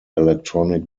electronic